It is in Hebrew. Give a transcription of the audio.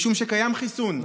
משום שקיים חיסון.